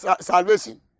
salvation